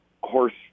horse